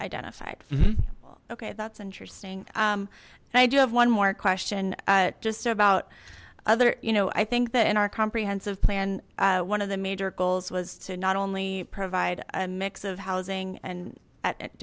identified okay that's interesting and i do have one more question just about other you know i think that in our comprehensive plan one of the major goals was to not only provide a mix of housing and at